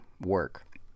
work